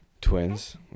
twins